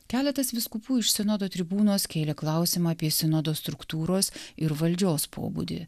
keletas vyskupų iš sinodo tribūnos kėlė klausimą apie sinodo struktūros ir valdžios pobūdį